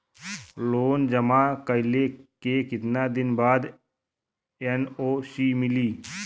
Loan जमा कइले के कितना दिन बाद एन.ओ.सी मिली?